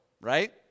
right